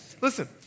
Listen